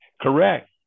Correct